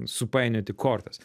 supainioti kortas